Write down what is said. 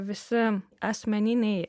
visi asmeniniai